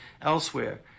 elsewhere